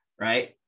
right